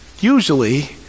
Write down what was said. usually